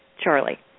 Charlie